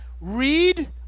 read